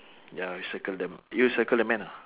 ya we circle them you circle the man ah